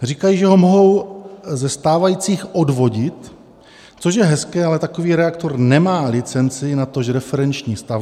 Říkají, že ho mohou ze stávajících odvodit, což je hezké, ale takový reaktor nemá licenci, natož referenční stavbu.